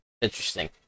interesting